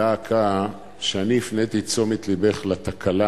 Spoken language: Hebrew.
דא עקא, שאני הפניתי את תשומת לבך לתקלה